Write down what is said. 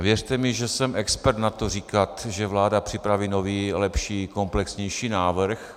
Věřte mi, že jsem expert na to říkat, že vláda připraví nový, lepší, komplexnější návrh.